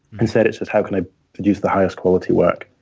instead, it's just how can i produce the highest quality work?